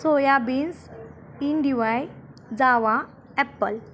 soya beans इंडिवाय Java apple